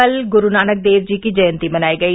कल गुरू नानक देव जी की जयंती मनायी गयी